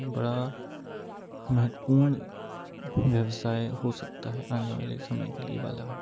बड़ा महत्वपूर्ण व्यवसाय हो सकता है आने वाले समय के लिए बालाघाट में